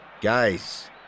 Guys